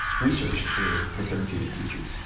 researched for for therapeutic uses?